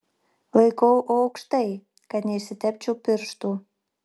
laikau aukštai kad neišsitepčiau pirštų